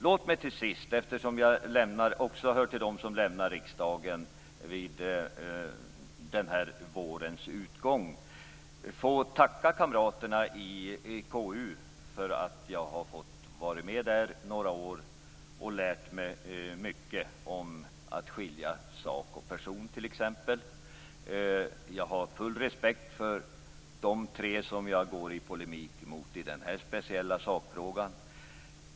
Låt mig till sist, eftersom jag också hör till dem som lämnar riksdagen vid vårens utgång, få tacka kamraterna i KU för att jag har fått vara med där några år och lära mig mycket, t.ex. att skilja på sak och person. Jag har full respekt för de tre ledamöter som jag går i polemik med i den här speciella sakfrågan.